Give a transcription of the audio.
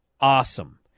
awesome